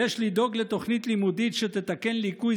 יש לדאוג לתוכנית לימודית שתתקן ליקוי